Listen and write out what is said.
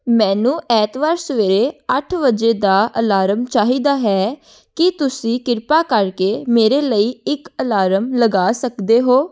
ਮੈਨੂੰ ਐਤਵਾਰ ਸਵੇਰੇ ਅੱਠ ਵਜੇ ਦਾ ਅਲਾਰਮ ਚਾਹੀਦਾ ਹੈ ਕੀ ਤੁਸੀਂ ਕਿਰਪਾ ਕਰਕੇ ਮੇਰੇ ਲਈ ਇੱਕ ਅਲਾਰਮ ਲਗਾ ਸਕਦੇ ਹੋ